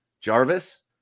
Jarvis